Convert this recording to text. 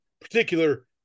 particular